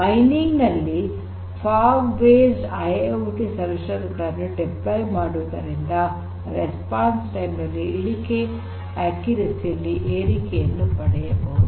mining industry ನಲ್ಲಿ fog based IIoT solution ಗಳನ್ನು deploy ಮಾಡುವುದರಿಂದ ಪ್ರತಿಕ್ರಿಯೆ ಸಮಯದಲ್ಲಿ ಇಳಿಕೆ ನಿಖರತೆಯಲ್ಲಿ ಏರಿಕೆಯನ್ನು ಪಡೆಯಬಹುದು